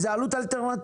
וזו עלות אלטרנטיבית,